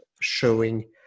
showing